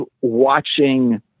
watching